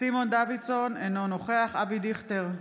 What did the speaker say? סימון דוידסון, אינו נוכח אבי דיכטר,